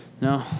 No